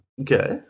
okay